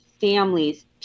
families